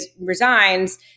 resigns